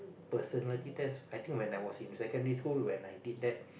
personality test I think when I was secondary school when I did that